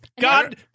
god